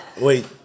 Wait